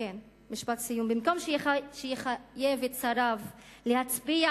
משפט סיום: במקום שיחייב את שריו להצביע